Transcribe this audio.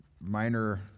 minor